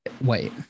Wait